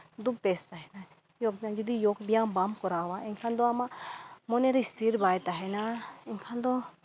ᱫᱚ ᱵᱮᱥ ᱛᱟᱦᱮᱱᱟ ᱡᱳᱜᱽ ᱵᱮᱭᱟᱢ ᱡᱩᱫᱤ ᱡᱳᱜᱽ ᱵᱮᱭᱟᱢ ᱵᱟᱢ ᱠᱚᱨᱟᱣᱟ ᱮᱱᱠᱷᱟᱱ ᱫᱚ ᱟᱢᱟᱜ ᱢᱚᱱᱮᱨᱮ ᱥᱛᱷᱤᱨ ᱵᱟᱭ ᱛᱟᱦᱮᱱᱟ ᱮᱱᱠᱷᱟᱱ ᱫᱚ